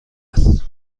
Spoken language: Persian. است